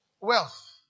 wealth